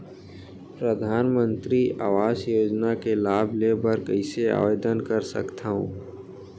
परधानमंतरी आवास योजना के लाभ ले बर कइसे आवेदन कर सकथव?